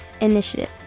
initiative